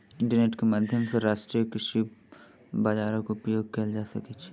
internet के माध्यम सॅ राष्ट्रीय कृषि बजारक उपयोग कएल जा सकै छै